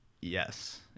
Yes